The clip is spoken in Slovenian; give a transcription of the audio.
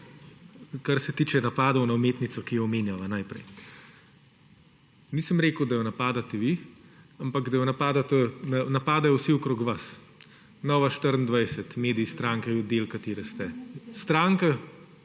kar se tiče napadov na umetnico, ki jo omenjava. Nisem rekel, da jo napadate vi, ampak da jo napadajo vsi okrog vas. Nova24TV, medij stranke, del katere ste.